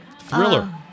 Thriller